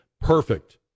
perfect